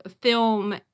film